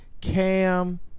Cam